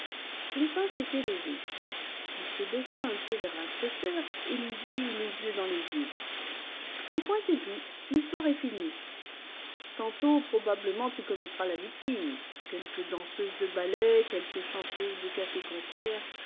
lupin s'était levé il se baissa un peu vers l'inspecteur et lui dit les yeux dans les yeux un point c'est tout l'histoire est finie tantôt probablement tu connaîtras la victime quelque danseuse de ballet quelque chanteuse de